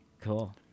cool